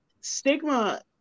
stigma